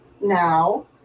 now